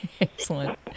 Excellent